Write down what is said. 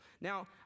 Now